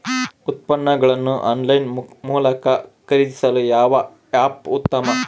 ಉತ್ಪನ್ನಗಳನ್ನು ಆನ್ಲೈನ್ ಮೂಲಕ ಖರೇದಿಸಲು ಯಾವ ಆ್ಯಪ್ ಉತ್ತಮ?